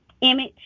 Image